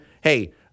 Hey